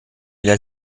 del